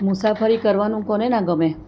મુસાફરી કરવાનું કોને ના ગમે